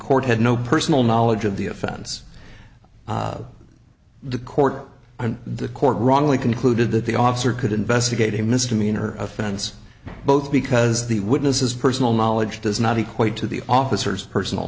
court had no personal knowledge of the offense the court and the court wrongly concluded that the officer could investigate a misdemeanor offense both because the witness has personal knowledge does not equate to the officers personal